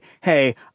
hey